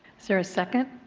is there a second?